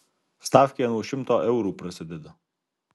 stafkė nuo šimto eurų prasideda